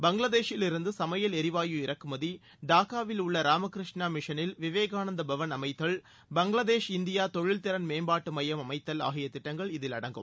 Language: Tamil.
பங்களாதேஷிலிருந்து சமையல் எரிவாயு இறக்குமதி டாக்காவில் உள்ள ராமகிருஷ்ணா மிஷனில் விவேகானந்தா பவன் அமைத்தல் பங்களாதேஷ் இந்தியா தொழில் திறன் மேம்பாட்டு மையம் அமைத்தல் ஆகிய திட்டங்கள் இதில் அடங்கும்